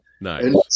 Nice